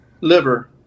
Liver